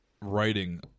writing